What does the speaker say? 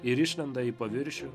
ir išlenda į paviršių